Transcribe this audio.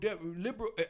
liberal